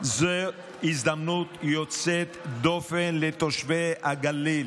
זו הזדמנות יוצאת דופן לתושבי הגליל.